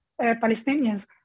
Palestinians